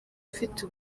ufite